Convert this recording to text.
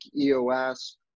EOS